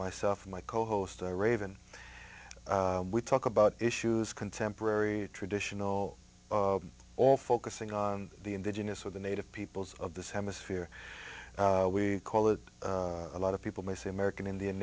myself my co host raven we talk about issues contemporary traditional all focusing on the indigenous of the native peoples of this hemisphere we call it a lot of people may say american indian